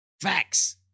Facts